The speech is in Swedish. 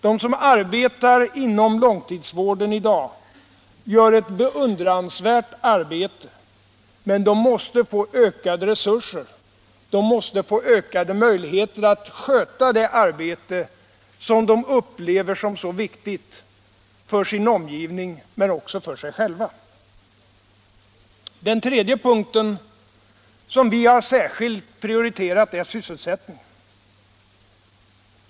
De som arbetar inom långtidsvården i dag gör ett beundransvärt arbete, men de måste få ökade resurser. De måste få ökade möjligheter att sköta det arbete de upplever som så viktigt både för sin omgivning och för sig själva. För det tredje har vi särskilt prioriterat sysselsättningen.